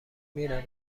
میرم